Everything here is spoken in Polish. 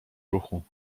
ruchu